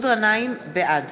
בעד